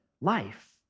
life